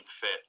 fit